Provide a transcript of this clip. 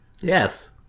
Yes